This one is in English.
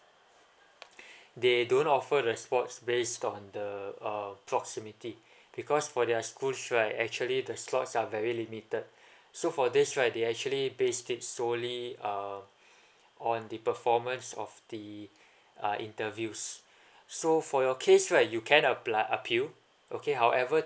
they don't offer the spots based on the uh proximity because for their school should I actually the slots are very limited so for this right they actually based tips solely on the performance of the uh interviews so for your case right you can apply appeal okay however